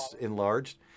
enlarged